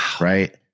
right